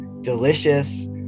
delicious